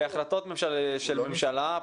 בהחלטות ממשלה,